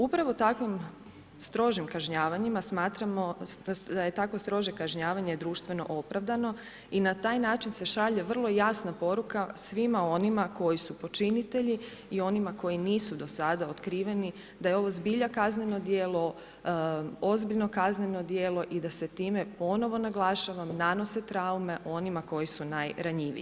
Upravo takvim strožim kažnjavanjima smatramo da je takvo strože kažnjavanje društveno opravdano i na taj način se šalje vrlo jasna poruka svima onima koji su počinitelji i onima koji nisu do sada otkriveni da je ovo zbilja kazneno djelo, ozbiljno kazneno djelo i da se time, ponovo naglašavam, nanose traume onima koji su najranjiviji.